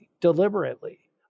Deliberately